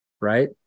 right